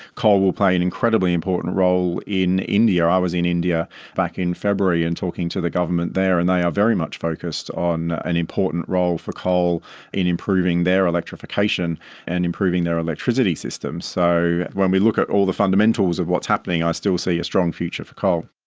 coal will play an incredibly important role in india. i was in india back in february and talking to the government there and they are very much focused on an important role for coal in improving their electrification and improving their electricity systems. so when we look at all the fundamentals of what's happening, i still see a strong future for coal.